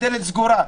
הדלת סגורה,